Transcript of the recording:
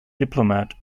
diplomat